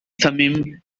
thummim